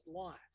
life